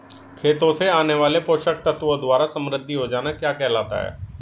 खेतों से आने वाले पोषक तत्वों द्वारा समृद्धि हो जाना क्या कहलाता है?